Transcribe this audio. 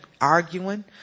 arguing